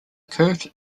curved